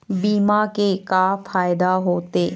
बीमा के का फायदा होते?